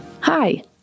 Hi